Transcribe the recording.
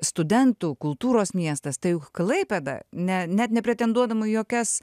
studentų kultūros miestas tai klaipėda ne net nepretenduodama į jokias